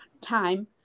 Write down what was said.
time